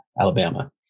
Alabama